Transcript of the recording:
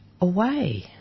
away